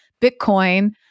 Bitcoin